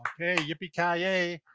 okay yippee ki-yay.